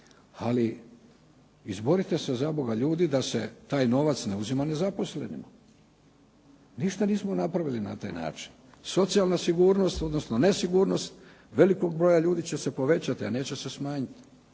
ali izborite se zaboga ljudi da se taj novac ne uzima nezaposlenima. Ništa nismo napravili na taj način. Socijalna sigurnost odnosno nesigurnost velikog broja ljudi će se povećati a neće se smanjiti.